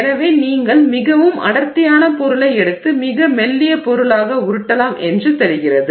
எனவே நீங்கள் மிகவும் அடர்த்தியான பொருளை எடுத்து மிக மெல்லிய பொருளாக உருட்டலாம் என்று தெரிகிறது